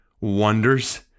wonders